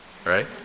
Right